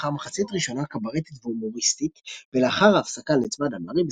לאחר מחצית ראשונה קברטית והומוריסטית ולאחר ההפסקה ניצבה דמארי,